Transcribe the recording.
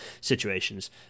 situations